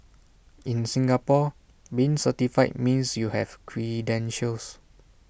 in Singapore being certified means you have credentials